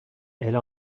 elle